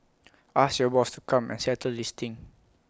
ask your boss come and settle this thing